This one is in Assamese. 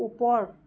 ওপৰ